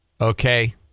Okay